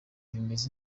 bimeze